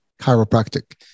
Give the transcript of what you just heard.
chiropractic